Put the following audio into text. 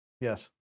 Yes